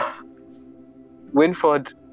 Winford